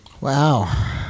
Wow